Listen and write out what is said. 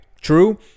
true